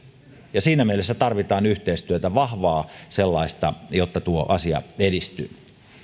ja siinä mielessä tarvitaan yhteistyötä vahvaa sellaista jotta tuo asia edistyy